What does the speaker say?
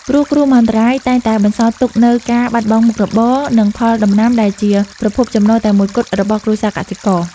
ព្រោះគ្រោះមហន្តរាយតែងតែបន្សល់ទុកនូវការបាត់បង់មុខរបរ និងផលដំណាំដែលជាប្រភពចំណូលតែមួយគត់របស់គ្រួសារកសិករ។